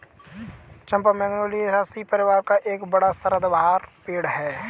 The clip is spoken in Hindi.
चंपा मैगनोलियासी परिवार का एक बड़ा सदाबहार पेड़ है